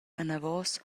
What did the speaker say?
anavos